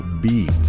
Beat